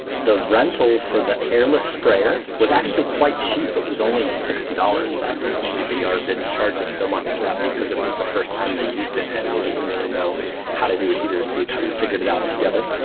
the rental for the airless sprayer was actually quite cheap. it was only sixty dollars, so i think maybe the yard didn't charge us so much for that because it was the first time they used it. and they didn't really know how to do it either, so we kind of figured it out together.